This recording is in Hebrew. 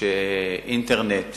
שאינטרנט